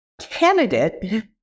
candidate